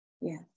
Yes